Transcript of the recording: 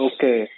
Okay